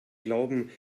glauben